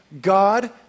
God